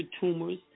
tumors